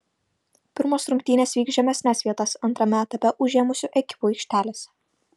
pirmos rungtynės vyks žemesnes vietas antrame etape užėmusių ekipų aikštelėse